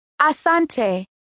Asante